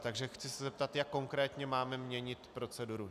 Takže chci se zeptat, jak konkrétně máme měnit proceduru.